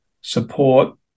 support